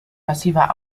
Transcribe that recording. massiver